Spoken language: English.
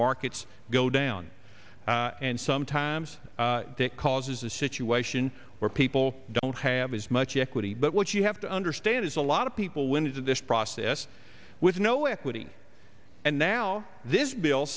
markets go down and sometimes that causes a situation where people don't have as much equity but what you have to understand is a lot of people went into this process with no equity and now this bill